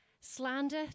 slander